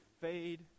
fade